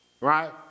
right